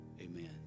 Amen